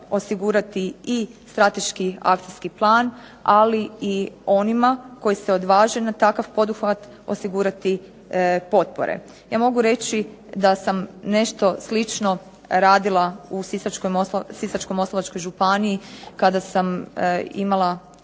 osigurati i strateški akcijski plan, ali i onima koji se odvaže na takav poduhvat osigurati potpore. Evo mogu reći da sam nešto slično radila u Sisačko-moslavačkoj županiji kada sam imala